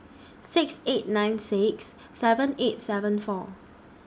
six eight nine six seven eight seven four